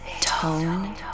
Tone